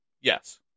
yes